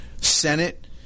Senate